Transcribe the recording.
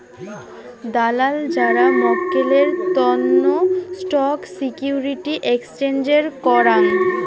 দালাল যারা মক্কেলের তন্ন স্টক সিকিউরিটি এক্সচেঞ্জের করাং